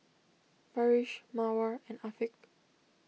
Farish Mawar and Afiq